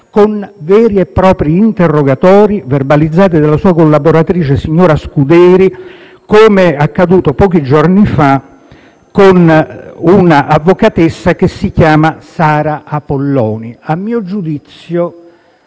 con veri e propri interrogatori verbalizzati dalla sua collaboratrice, signora Scuderi, come accaduto pochi giorni fa con un'avvocatessa che si chiama Sara Apolloni. A mio giudizio,